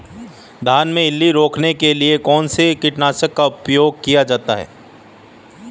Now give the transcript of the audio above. धान में इल्ली रोकने के लिए कौनसे कीटनाशक का प्रयोग करना चाहिए?